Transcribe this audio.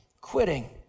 quitting